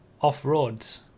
off-roads